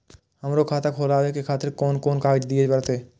हमरो खाता खोलाबे के खातिर कोन कोन कागज दीये परतें?